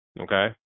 Okay